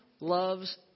loves